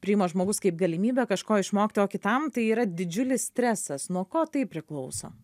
priima žmogus kaip galimybę kažko išmokti o kitam tai yra didžiulis stresas nuo ko tai priklauso